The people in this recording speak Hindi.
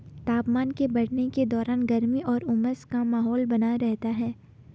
तापमान के बढ़ने के दौरान गर्मी और उमस का माहौल बना रहता है